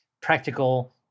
practical